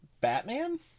Batman